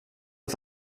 auf